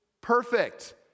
perfect